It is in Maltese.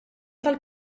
tal